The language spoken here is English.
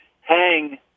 hang